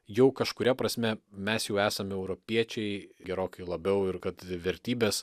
jau kažkuria prasme mes jau esame europiečiai gerokai labiau ir kad vertybės